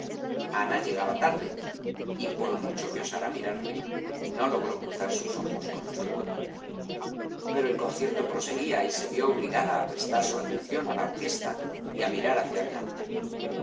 llegaba tarde y por mucho que osara mirarle no logró cruzar sus ojos con los de wentworth pero el concierto proseguía y se vió obligada a prestar su atención a la orquesta y a mirar hacia delante